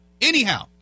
Anyhow